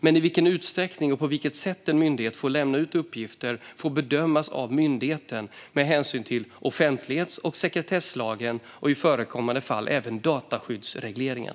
Men i vilken utsträckning och på vilket sätt en myndighet får lämna ut uppgifter får bedömas av myndigheten med hänsyn till offentlighets och sekretesslagen och i förekommande fall även dataskyddsregleringen.